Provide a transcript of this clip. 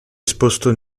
esposto